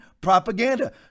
propaganda